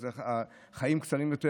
אז החיים קצרים יותר,